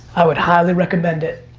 i would highly recommend it.